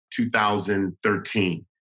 2013